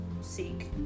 seek